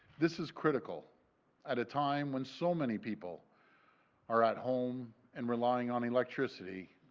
this is critical at a time when so many people are at home and relying on electricity.